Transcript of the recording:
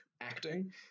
acting